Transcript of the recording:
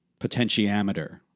potentiometer